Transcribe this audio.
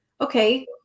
Okay